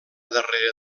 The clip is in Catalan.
darrere